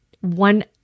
one